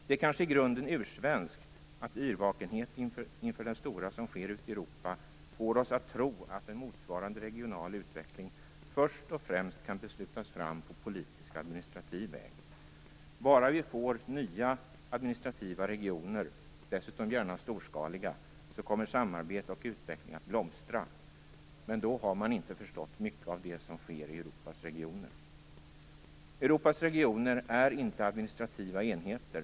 Det är kanske i grunden ursvenskt att yrvakenheten inför det stora som sker ute i Europa får oss att tro att en motsvarande regional utveckling först och främst kan beslutas fram på politisk-administrativ väg. Vi tror att samarbete och utveckling kommer att blomstra om vi bara får nya administrativa regioner - dessutom gärna storskaliga. Men då har man inte förstått mycket av det som sker i Europas regioner. Europas regioner är inte administrativa enheter.